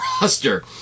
roster